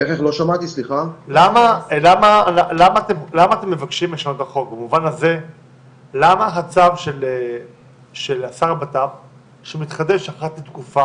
למה המנגנון הזה של חידוש הצו אחת לתקופה